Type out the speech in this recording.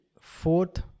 fourth